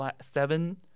seven